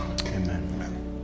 Amen